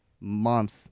month